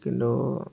কিন্তু